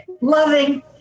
loving